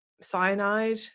Cyanide